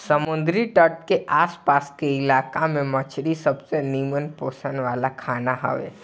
समुंदरी तट के आस पास के इलाका में मछरी सबसे निमन पोषण वाला खाना हवे